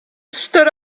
stood